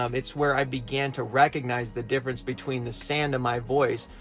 um it's where i began to recognize the difference between the sand of my voice